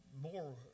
more